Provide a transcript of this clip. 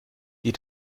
die